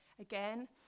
Again